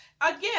Again